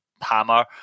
hammer